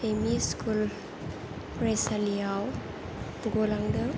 ME school फरायसालियाव गलांदों